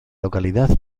localidad